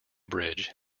bridge